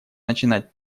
начинать